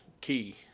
key